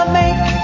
make